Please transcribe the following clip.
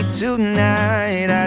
tonight